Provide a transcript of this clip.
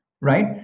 right